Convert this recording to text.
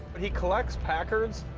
but he collects packards,